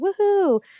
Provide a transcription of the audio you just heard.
woohoo